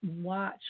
watch